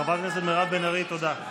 חברת הכנסת מירב בן ארי, תודה.